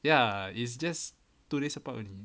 ya it's just two days apart only